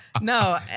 No